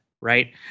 right